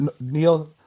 Neil